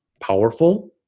powerful